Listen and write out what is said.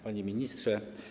Panie Ministrze!